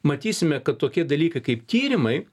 matysime kad tokie dalykai kaip tyrimai